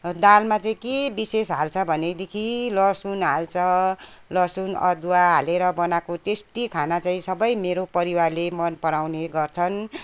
दालमा चाहिँ के विशेष हाल्छ भनेदेखि लसुन हाल्छ लसुन अदुवा हालेर बनाएको टेस्टी खाना चाहिँ सबै मेरो परिवारले मनपराउने गर्छन्